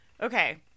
Okay